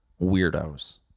weirdos